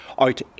out